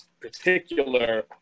particular